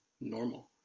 normal